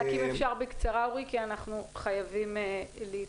אם אפשר בקצרה כי אנחנו חייבים להתכנס.